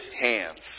hands